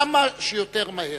כמה שיותר מהר.